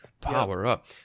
power-up